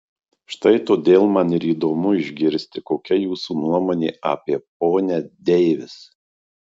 štai todėl man ir įdomu išgirsti kokia jūsų nuomonė apie ponią deivis